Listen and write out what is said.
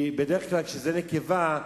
כי בדרך כלל כשזה נקבה,